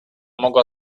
mogła